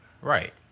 Right